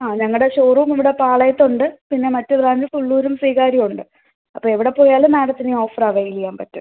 ആ ഞങ്ങളുടെ showroom ഇവിടെ പാളയത്തുണ്ട് പിന്നെ മറ്റ് ബ്രാഞ്ച് ഉള്ളൂരും ശ്രീകാര്യോണ്ട് അപ്പം എവിടെപ്പോയാലും മാഡത്തിനീ ഓഫർ അവൈൽ ചെയ്യാൻ പറ്റും